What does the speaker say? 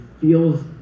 feels